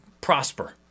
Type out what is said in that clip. prosper